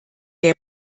der